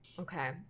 Okay